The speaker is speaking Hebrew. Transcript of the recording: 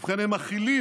ובכן, הם מכילים.